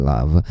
Love